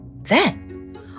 Then